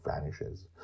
vanishes